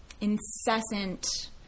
incessant